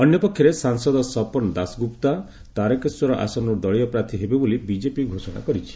ଅନ୍ୟପକ୍ଷରେ ସାଂସଦ ସପନ ଦାସଗୁପ୍ତା ତାରକେଶ୍ୱର ଆସନରୁ ଦଳୀୟ ପ୍ରାର୍ଥୀ ହେବେ ବୋଲି ବିଜେପି ଘୋଷଣା କରିଛି